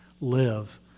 live